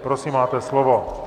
Prosím, máte slovo.